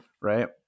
right